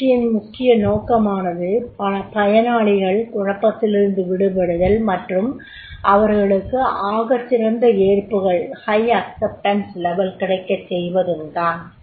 பயிற்சியின் முக்கிய நோக்கமானது பயனாளிகள் குழப்பத்திலிருந்து விடுபடுதல் மற்றும் அவர்களுக்கு ஆகச்சிறந்த ஏற்புகள் கிடைக்கச் செய்வதும் தான்